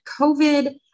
COVID